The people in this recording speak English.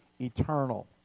eternal